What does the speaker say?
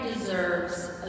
deserves